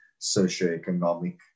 socioeconomic